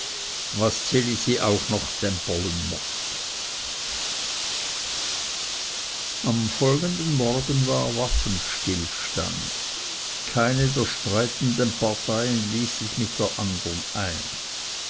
was ds elisi auch noch dämperlen mochte am folgenden morgen war waffenstillstand keine der streitenden partien ließ sich mit der andern ein